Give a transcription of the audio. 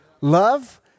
Love